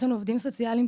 יש לנו עובדים סוציאליים,